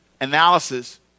analysis